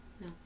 No